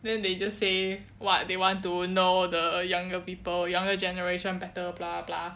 then they just say what they want to know the younger people younger generation better blah blah